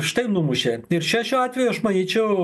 štai numušė ir čia šiuo atveju aš manyčiau